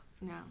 no